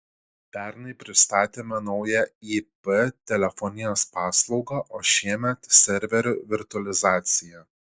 pernai pristatėme naują ip telefonijos paslaugą o šiemet serverių virtualizaciją